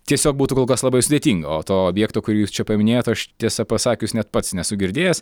tiesiog būtų kol kas labai sudėtinga o to objekto kurį jūs čia paminėjot aš tiesą pasakius net pats nesu girdėjęs